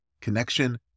Connection